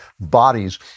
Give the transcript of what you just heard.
bodies